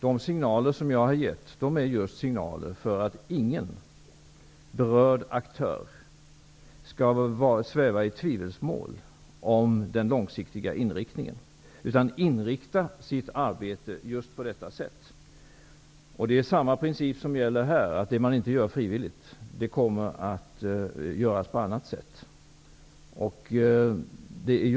De signaler som jag har givit har jag givit just för att ingen berörd aktör skall sväva i tvivelsmål om den långsiktiga inriktningen, utan inrikta sitt arbete på detta sätt. Principen om att det man inte gör frivilligt kommer att göras på annat sätt gäller också här.